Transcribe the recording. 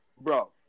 bro